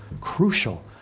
crucial